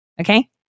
okay